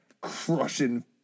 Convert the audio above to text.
crushing